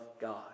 God